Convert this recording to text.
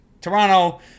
Toronto